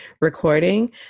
recording